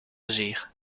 agir